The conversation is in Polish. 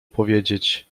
powiedzieć